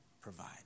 provide